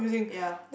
ya